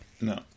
No